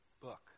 book